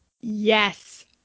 Yes